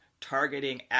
targeting